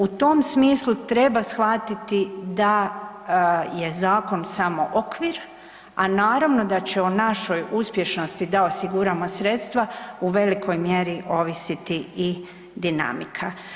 U tom smislu treba shvatiti da je zakon samo okvir, a naravno da će o našoj uspješnosti da osiguramo sredstva u velikoj mjeri ovisiti i dinamika.